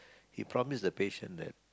he promise the patient that